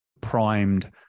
primed